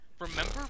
Remember